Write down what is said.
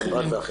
קרן ברק ואחרים,